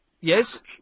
Yes